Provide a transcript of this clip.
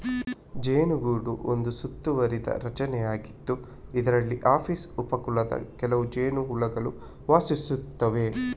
ಜೇನುಗೂಡು ಒಂದು ಸುತ್ತುವರಿದ ರಚನೆಯಾಗಿದ್ದು, ಇದರಲ್ಲಿ ಅಪಿಸ್ ಉಪ ಕುಲದ ಕೆಲವು ಜೇನುಹುಳುಗಳು ವಾಸಿಸುತ್ತವೆ